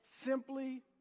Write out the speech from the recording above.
simply